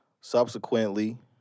subsequently